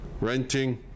renting